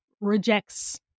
rejects